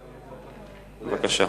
בבקשה.